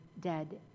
dead